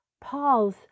Paul's